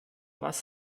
was